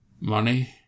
money